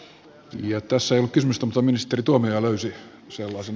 tässä ei ollut kysymystä mutta ministeri tuomioja löysi sellaisen